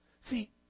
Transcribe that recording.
See